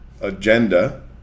agenda